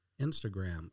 Instagram